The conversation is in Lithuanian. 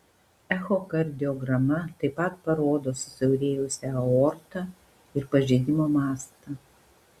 echokardiograma taip pat parodo susiaurėjusią aortą ir pažeidimo mastą